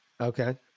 Okay